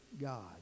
God